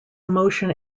emotion